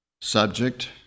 Subject